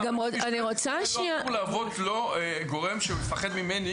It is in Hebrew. אנחנו לא צריכים להוות לו גורם שהוא מפחד ממני,